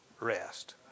rest